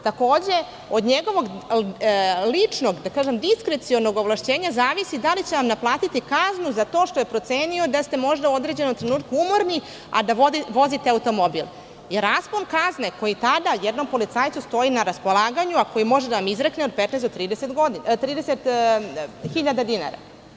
Takođe, od ličnog, diskrecionog ovlašćenja zavisi da li će vam naplatiti kaznu za to što je procenio da ste možda u određenom trenutku umorni, a da vozite automobil, jer raspon kazne koji tada jednom policajcu stoji na raspolaganju, a koji može da vam izrekne, je 15 do 30 hiljada dinara.